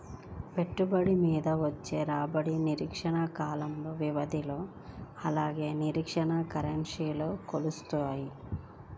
పెట్టుబడి మీద వచ్చే రాబడిని నిర్దిష్ట కాల వ్యవధిలో అలానే నిర్దిష్ట కరెన్సీలో కొలుత్తారు